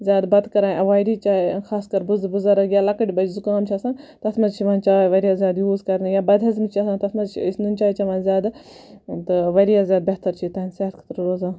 زیاد بَتہٕ کَران ایٚوایڈے خاص کر بُزرگ یا لۄکٕٹۍ بَچہٕ زُکام چھ آسان تتھ مَنٛز چھ یوان واریاہ زیاد یوٗز کَرن یا بَد ہضمی چھِ آسان تتھ مَنٛز چھِ أسۍ نُن چاے چٮ۪وان زیادٕ تہٕ واریاہ زیاد بہتر چھِ تہٕنٛد صحتہ خٲطرٕ روزان